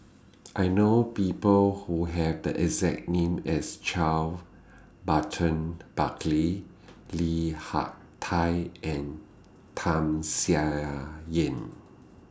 I know People Who Have The exact name as Charles Burton Buckley Li Hak Tai and Tham Sien Yen